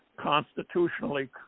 constitutionally